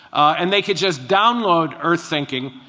and they can just download earth-thinking,